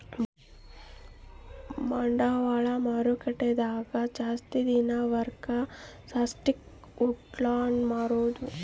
ಬಂಡವಾಳ ಮಾರುಕಟ್ಟೆ ದಾಗ ಜಾಸ್ತಿ ದಿನದ ವರ್ಗು ಸ್ಟಾಕ್ಷ್ ಉಳ್ಸ್ಕೊಂಡ್ ಮಾರೊದು